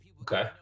Okay